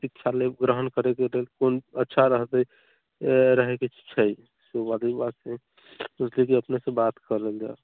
शिक्षा लेबऽ ग्रहण करैके लेल कोन अच्छा रहतै रहैके छै सोचलिए कि अपनेसँ बात कऽ लेल जाउ